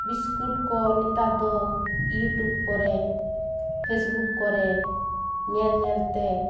biscuit ᱠᱚ ᱱᱮᱛᱟᱨ ᱫᱚ ᱤᱭᱩᱴᱩᱵ ᱠᱚᱨᱮ ᱯᱷᱮᱥᱵᱩᱠ ᱠᱚᱨᱮ ᱧᱮᱞ ᱧᱮᱞᱛᱮ